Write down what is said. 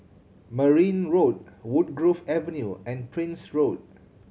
Merryn Road Woodgrove Avenue and Prince Road